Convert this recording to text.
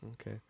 Okay